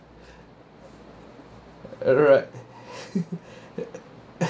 alright